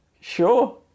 sure